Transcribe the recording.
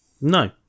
No